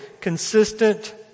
consistent